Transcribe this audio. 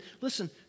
listen